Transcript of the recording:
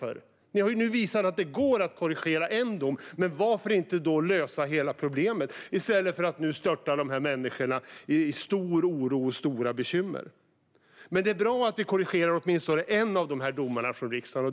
Ni har nu visat att det går att göra en korrigering utifrån en dom. Varför då inte lösa hela problemet i stället för att försätta dessa människor i stor oro och stora bekymmer? Det är bra att vi i riksdagen korrigerar åtminstone utifrån en av domarna.